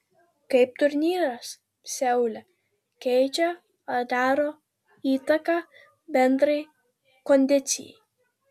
kaip turnyras seule keičia ar daro įtaką bendrai kondicijai